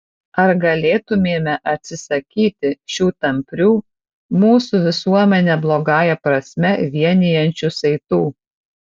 ar galėtumėme atsisakyti šių tamprių mūsų visuomenę blogąją prasme vienijančių saitų